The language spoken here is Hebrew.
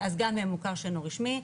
אז גן זה מוכר שאינו רשמי,